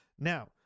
Now